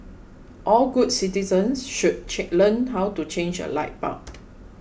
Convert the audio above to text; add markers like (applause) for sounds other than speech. all good citizens should (unintelligible) learn how to change a light bulb